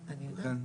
אני יודעת.